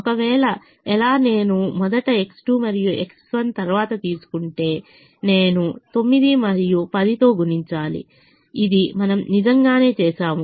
ఒకవేళ ఎలా నేను మొదట X2 మరియు X1 తరువాత తీసుకుంటే నేను 9 మరియు 10 తో గుణించాలి ఇది మనం నిజంగానే చేసాము